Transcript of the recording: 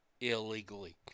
illegally